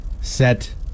set